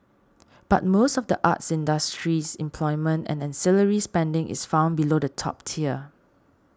but most of the art industry's employment and ancillary spending is found below the top tier